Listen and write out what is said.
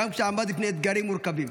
גם כשעמד בפני אתגרים מורכבים.